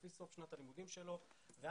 לפי סוף שנת הלימודים שלו ואז,